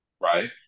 Right